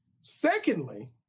Secondly